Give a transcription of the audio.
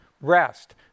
rest